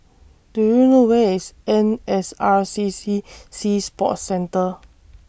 Do YOU know Where IS N S R C C Sea Sports Centre